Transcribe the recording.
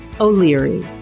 O'Leary